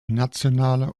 nationaler